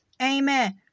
amen